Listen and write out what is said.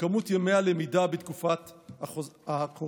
במספר ימי הלמידה בתקופת הקורונה.